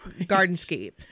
Gardenscape